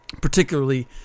particularly